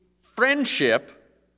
friendship